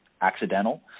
accidental